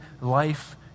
life